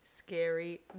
Scary